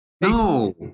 No